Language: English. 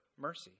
mercy